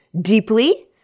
deeply